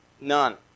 None